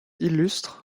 illustre